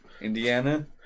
Indiana